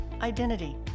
identity